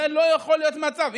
זה לא יכול להיות המצב.